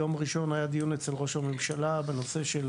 ביום ראשון היה דיון אצל ראש הממשלה בנושא של